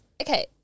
okay